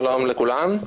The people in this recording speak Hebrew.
שלום לכולם,